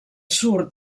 surt